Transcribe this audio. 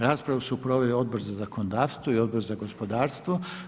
Raspravu su proveli Odbor za zakonodavstvo i Odbor za gospodarstvo.